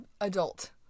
adult